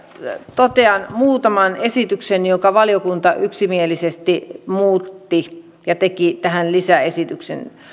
totean muutaman esityksen jotka valiokunta yksimielisesti muutti ja teki tähän lisäesityksen kuudes